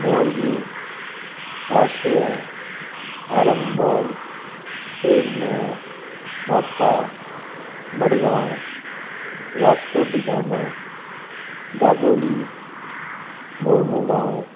Morjim Ashwem Arambol Pednem Mopa Madgaon Vasco da Gama Dabolim Mormugao